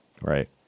right